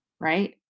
right